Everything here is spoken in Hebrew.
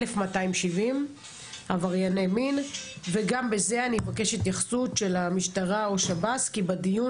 1,270 וגם לזה אני אבקש התייחסות של המשטרה או שב"ס כי בדיון